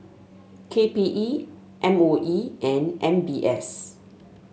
K P E M O E and M B S